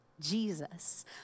Jesus